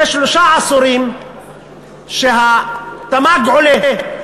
זה שלושה עשורים שהתמ"ג עולה.